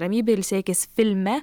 ramybėj ilsėkis filme